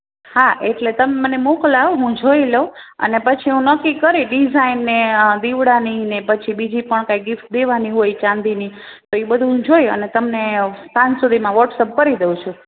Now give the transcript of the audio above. હા એટલે તમે મને મોકલાવો હું જોઈ લઉં અને પછી હું નક્કી કરી ડિઝાઇન ને દીવડાની ને પછી બીજી પણ કાંઇ ગિફ્ટ દેવાની હોય ચાંદીની તો એ બધુ હું જોઈ અને તમને સાંજ સુધીમાં વોટ્સઅપ કરી દઉં છું